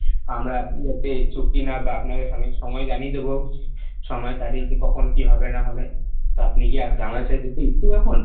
আমরা আপনি যাতে ইচ্ছুক কি না বা আপনার সময় জানিয়ে দেব সময় তারিখ যে কখন কী হবে না হবে তো আপনি কি আমাদের সাথে ঘুরতে ইচ্ছুক এখন